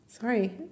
Sorry